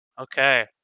Okay